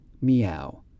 Meow